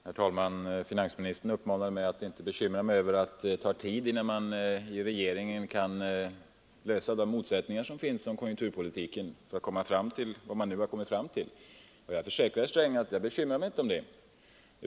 Herr talman! Finansministern uppmanade mig att inte bekymra mig över att det tar tid innan man inom regeringen kan lösa de motsättningar som finns om konjunkturpolitiken och komma fram till ett förslag. Jag försäkrar herr Sträng att jag inte bekymrar mig om det.